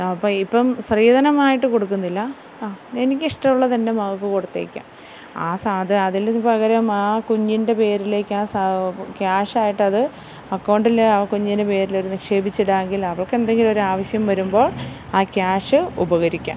അപ്പം ഇപ്പം സ്ത്രീധനമായിട്ട് കൊടുക്കുന്നില്ല എനിക്കിഷ്ടമുള്ളത് എൻ്റെ മകൾക്ക് കൊടുത്തേക്കാം ആ അതില് പകരം ആ കുഞ്ഞിൻ്റെ പേരിലേക്ക് ക്യാഷായിട്ടത് അക്കൗണ്ടില് ആ കുഞ്ഞിന് പേരില് ഒരു നിക്ഷേപിച്ച് ഇടാങ്കിൽ അവക്കെന്തെങ്കിലും ഒരാവശ്യം വരുമ്പോൾ ആ ക്യാഷ് ഉപകരിക്കാം